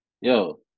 Yo